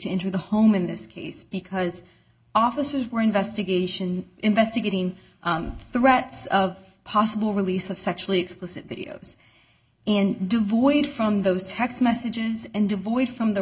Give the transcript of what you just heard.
enter the home in this case because officers were investigation investigating threats of possible release of sexually explicit videos and devoid from those text messages and avoid from the